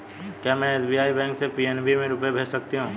क्या में SBI bank से पी.एन.बी में रुपये भेज सकती हूँ?